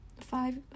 five